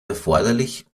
erforderlich